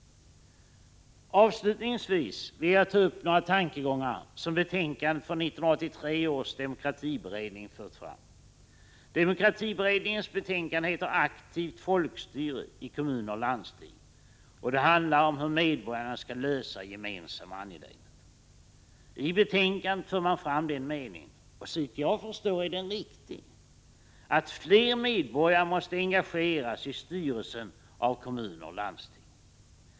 Allra sist vill jag ta upp några tankegångar som betänkandet från 1983 års demokratiberedning fört fram. Demokratiberedningens betänkande heter Aktivt folkstyre i kommuner och landsting, och det handlar om hur medborgarna skall lösa gemensamma angelägenheter. I betänkandet för man fram meningen — och såvitt jag förstår är den riktig — att fler medborgare måste engageras i styrelsen av kommuner och landsting.